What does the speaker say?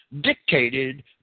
dictated